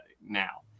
Now